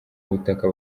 ubutaka